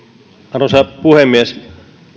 arvoisa puhemies